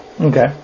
Okay